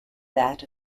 that